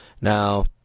Now